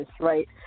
right